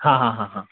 हाँ हाँ हाँ हाँ